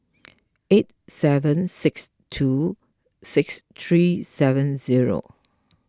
eight seven six two six three seven zero